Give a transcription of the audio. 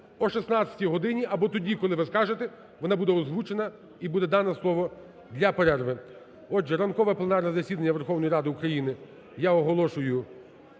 О 16-й годині або тоді, коли ви скажете, вона буде озвучена і буде дано слово для перерви. Отже, ранкове пленарне засідання Верховної Ради України я оголошую...